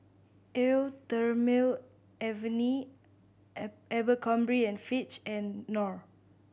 Eau Thermale Avene Abercrombie and Fitch and Knorr